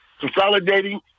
consolidating